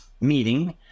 meeting